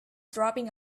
dropping